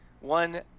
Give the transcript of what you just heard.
One